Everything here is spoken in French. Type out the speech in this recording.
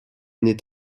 naît